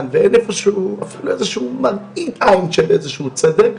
ואין אפילו מראית עין של איזשהו צדק,